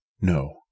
No